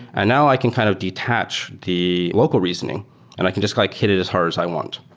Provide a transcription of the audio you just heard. and now i can kind of detach the local reasoning and i can just like hit it as hard as i want.